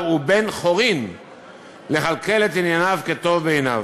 הוא בן-חורין לכלכל את ענייניו כטוב בעיניו.